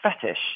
fetish